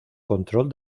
control